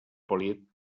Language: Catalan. polit